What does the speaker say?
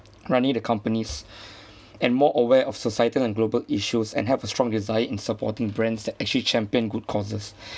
running the companies and more aware of societal and global issues and have a strong desire in supporting brands that actually champion good causes